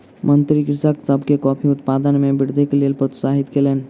मंत्री कृषक सभ के कॉफ़ी उत्पादन मे वृद्धिक लेल प्रोत्साहित कयलैन